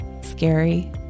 scary